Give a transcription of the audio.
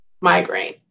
migraine